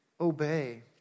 Obey